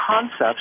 concepts